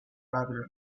rather